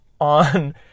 on